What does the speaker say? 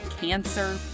cancer